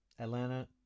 Atlanta